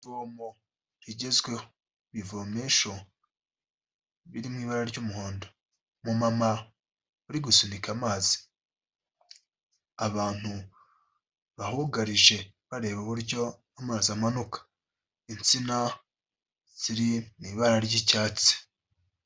Ivomo rigezweho. Ibivomesho biri mu ibara ry'umuhondo. Umumama uri gusunika amazi. Abantu bahugarije bareba uburyo amazi amanuka. Insina ziri mu ibara ry'icyatsi.